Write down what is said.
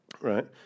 right